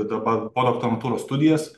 dabar po doktorantūros studijas